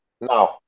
now